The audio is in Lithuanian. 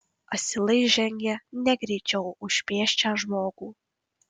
asilai žengė negreičiau už pėsčią žmogų